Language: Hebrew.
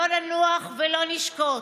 לא ננוח ולא נשקוט,